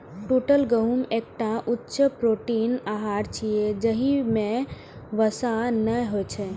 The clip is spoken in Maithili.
टूटल गहूम एकटा उच्च प्रोटीन आहार छियै, जाहि मे वसा नै होइ छै